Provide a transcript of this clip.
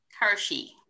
Hershey